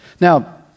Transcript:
Now